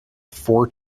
four